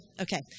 Okay